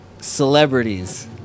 celebrities